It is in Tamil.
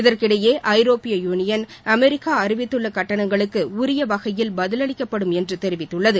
இதற்கிடையே ஐரோப்பிய யூனியன் அமெரிக்கா அறிவித்துள்ள கட்டணங்களுக்கு உரிய வகையில் பதிலளிக்கப்படும் என்று தெரிவித்துள்ளது